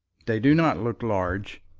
they do not look large,